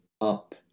up